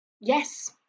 Yes